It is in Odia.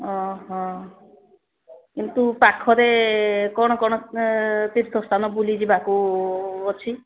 ଓହୋ କିନ୍ତୁ ପାଖରେ କ'ଣ କ'ଣ ତୀର୍ଥସ୍ଥାନ ବୁଲିଯିବାକୁ ଅଛି